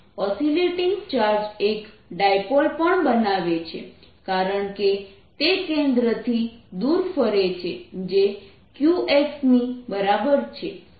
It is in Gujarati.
ઓસીલેટીંગ ચાર્જ એક ડાયપોલ પણ બનાવે છે કારણ કે તે કેન્દ્રથી દૂર ફરે છે જે q x ની બરાબર છે